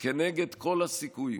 וכנגד כל הסיכויים,